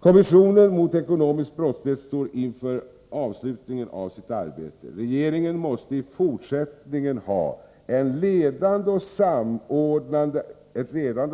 Kommissionen mot ekonomisk brottslighet står inför avslutningen av sitt arbete. Regeringen måste i fortsättningen ha ett ledande och